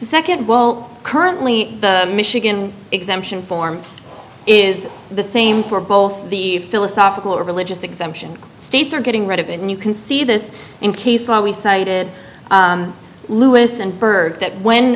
second well currently the michigan exemption form is the same for both the philosophical or religious exemption states are getting rid of it and you can see this in case we cited lewis and burke that when